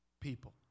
people